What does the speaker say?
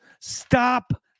Stop